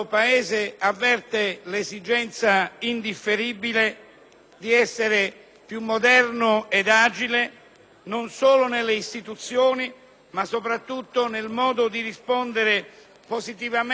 di essere più moderno ed agile, non solo nelle istituzioni, ma soprattutto nel modo di rispondere positivamente e tempestivamente alle istanze dei cittadini.